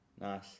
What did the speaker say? nice